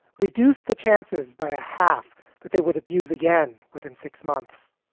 reduced the chances by a half that they would abuse again within six months.